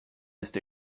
ist